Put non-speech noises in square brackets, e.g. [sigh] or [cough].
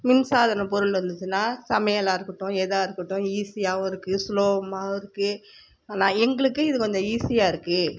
மின்சாதன பொருள் [unintelligible] ன்னா சமையலாக இருக்கட்டும் ஏதா இருக்கட்டும் ஈசியாகவும் இருக்குது சுலபமாவும் இருக்குது எங்களுக்கு இது கொஞ்சம் ஈசியாக இருக்கு